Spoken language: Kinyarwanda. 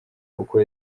uko